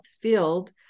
field